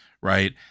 Right